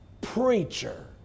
preacher